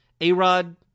A-Rod